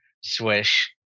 swish